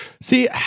See